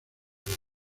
bici